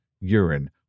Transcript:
urine